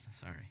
Sorry